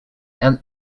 and